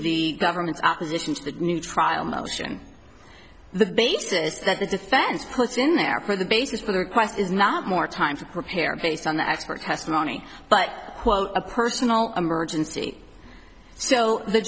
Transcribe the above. the government's opposition to the new trial motion the basis that the defense puts in there where the basis for the request is not more time for prepare based on the expert testimony but quote a personal emergency so the